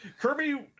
Kirby